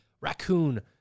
raccoon